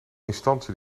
instantie